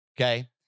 okay